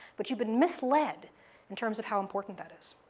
but you've been misled in terms of how important that is.